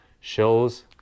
shows